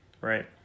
Right